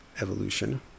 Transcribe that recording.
evolution